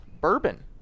bourbon